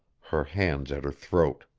her hands at her throat.